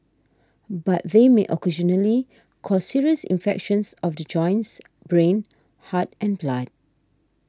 but they may occasionally cause serious infections of the joints brain heart and blood